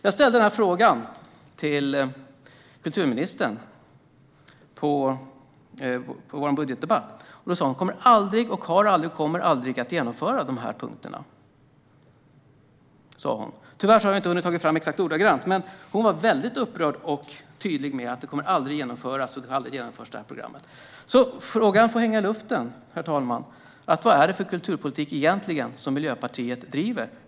Jag ställde en fråga om detta till kulturministern under budgetdebatten, och då sa hon att dessa punkter aldrig har och aldrig kommer att genomföras. Tyvärr har jag inte hunnit ta fram detta exakt ordagrant, men hon var väldigt upprörd och tydlig med att programmet aldrig har genomförts och aldrig kommer att genomföras. Frågan får hänga i luften, herr talman: Vilken kulturpolitik är det egentligen som Miljöpartiet driver?